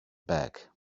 back